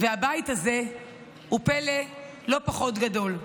והבית הזה הוא פלא לא פחות גדול.